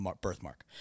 birthmark